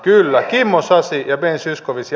kyllä kimmo sasi ja ben zyskowicz